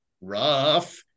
rough